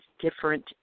different